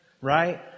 right